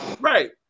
Right